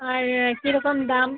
আর কীরকম দাম